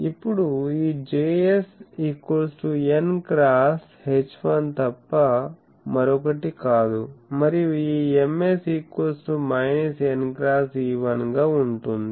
ఇప్పుడు ఈ Js n X H1 తప్ప మరొకటి కాదు మరియు ఈ Ms n X E1 గా ఉంటుంది